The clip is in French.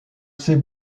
ces